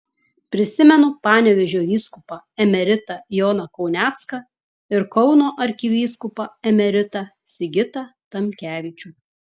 prisimenu panevėžio vyskupą emeritą joną kaunecką ir kauno arkivyskupą emeritą sigitą tamkevičių